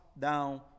down